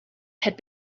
had